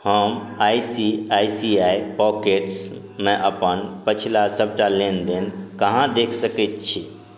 हम आइ सी आइ सी आइ पॉकेट्समे अपन पछिला सबटा लेनदेन कहाँ देखि सकै छी